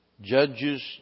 Judges